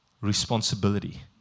responsibility